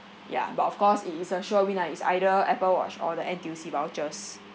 ya but of course it is a sure win lah is either apple watch or the N_T_U_C vouchers